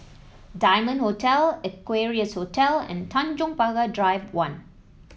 Diamond Hotel Equarius Hotel and Tanjong Pagar Drive One